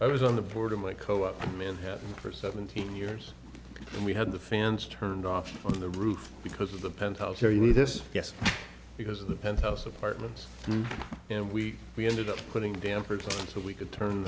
i was on the board of my co op manhattan for seventeen years and we had the fans turned off of the roof because of the penthouse here you see this yes because of the penthouse apartments and we we ended up putting a damper just so we could turn